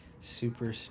super